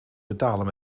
betalen